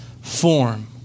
form